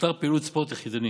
תותר פעילות ספורט יחידני